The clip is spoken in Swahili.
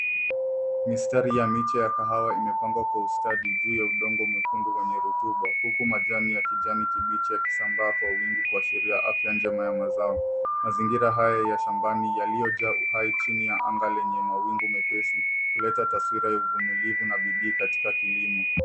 Mistari ya miche ya kahawa imepangwa kwa ustadi juu ya udongo mwekundu wenye rotuba, Huku majani ya kijani kibichi yakisambaa kwa wingi kuashiria afya njema ya mazao. Mazingira hayo ya shambani yaliyojaa uhai chini ya anga lenye mawingu mepesi, huleta taswira ya uvumilivu na bidii katika kilimo.